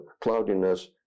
cloudiness